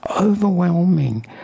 overwhelming